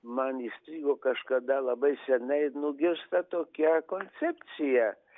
man įstrigo kažkada labai senai nugirsta tokia koncepcija